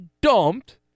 dumped